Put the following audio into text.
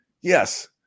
Yes